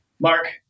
Mark